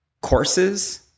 courses